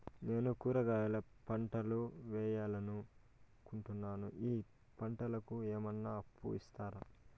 నేను కూరగాయల పంటలు వేయాలనుకుంటున్నాను, ఈ పంటలకు ఏమన్నా అప్పు ఇస్తారా?